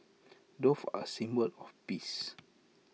doves are symbol of peace